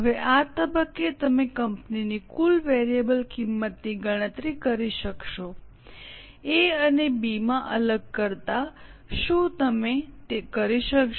હવે આ તબક્કે તમે કંપનીની કુલ વેરિયેબલ કિંમતની ગણતરી કરી શકશોએ અને બી માં અલગ કરતા શું તમે તે કરી શકશો